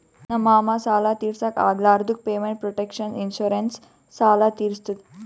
ನಮ್ ಮಾಮಾ ಸಾಲ ತಿರ್ಸ್ಲಕ್ ಆಗ್ಲಾರ್ದುಕ್ ಪೇಮೆಂಟ್ ಪ್ರೊಟೆಕ್ಷನ್ ಇನ್ಸೂರೆನ್ಸ್ ಸಾಲ ತಿರ್ಸುತ್